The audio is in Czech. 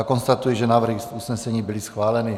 Konstatuji, že návrhy usnesení byly schváleny.